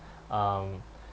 um